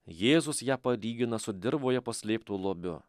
jėzus ją palygina su dirvoje paslėptu lobiu